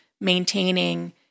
maintaining